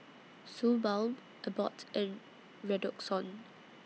Suu Balm Abbott and Redoxon